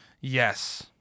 Yes